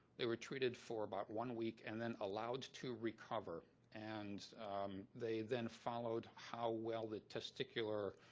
they were treated for about one week, and then allowed to recover. and they then followed how well the testicular